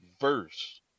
verse